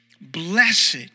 Blessed